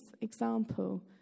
example